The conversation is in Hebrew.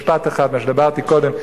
משפט אחד על מה שדיברתי קודם,